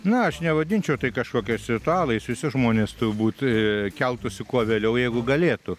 na aš nevadinčiau tai kažkokiais ritualais visi žmonės turbūt keltųsi kuo vėliau jeigu galėtų